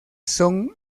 son